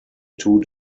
two